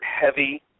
heavy